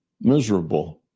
miserable